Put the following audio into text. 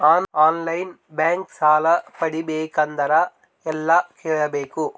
On line bank ಸಾಲ ಪಡಿಬೇಕಂದರ ಎಲ್ಲ ಕೇಳಬೇಕು?